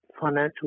financial